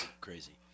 crazy